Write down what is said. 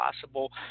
possible